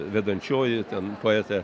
vedančioji ten poetė